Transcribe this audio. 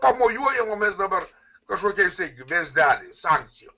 pamojuojama mes dabar kažkokiais tai vėzdeliais sankcijom